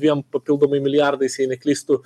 dviem papildomai milijardais jei neklystu